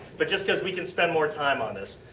but just because we can spend more time on this.